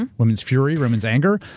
and women's fury, women's anger.